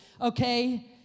okay